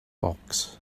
box